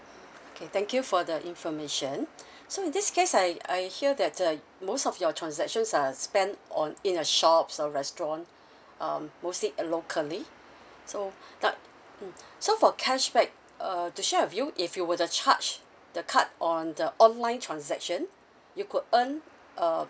okay thank you for the information so in this case I I hear that the most of your transactions are spent on in a shop or restaurant um mostly uh locally so that mm so for cashback uh to share with you if you were to charge the card on the online transaction you could earn uh